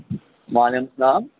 وعلیکم السلام